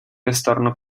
restarono